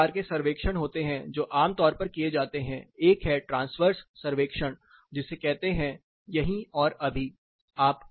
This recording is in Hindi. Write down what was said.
दो प्रकार के सर्वेक्षण होते हैं जो आमतौर पर किए जाते हैं एक है ट्रांसवर्स सर्वेक्षण जिसे कहते हैं " यहीं और अभी"